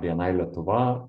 bni lietuva